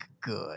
Good